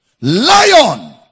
Lion